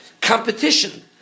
Competition